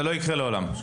זה לא יקרה לעולם.